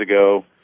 ago